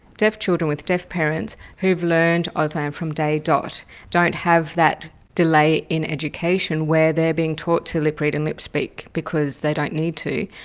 deaf children with deaf parents, who've learned ah auslan from day dot don't have that delay in education, where they're being taught to lip read and lip speak because they don't need to.